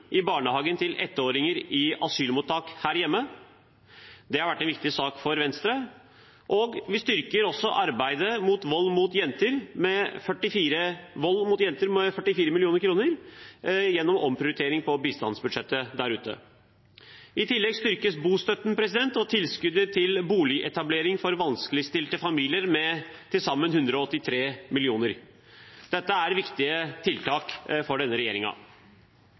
i barnehagen til ettåringer i asylmottak her hjemme – det har vært en viktig sak for Venstre – og vi styrker arbeidet mot vold mot jenter der ute med 44 mill. kr gjennom omprioritering på bistandsbudsjettet. I tillegg styrkes bostøtten og tilskuddet til boligetablering for vanskeligstilte familier med til sammen 183 mill. kr. Dette er viktige tiltak for denne